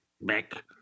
back